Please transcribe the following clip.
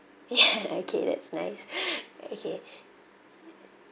ya okay that's nice okay